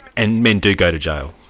and men do go to jail?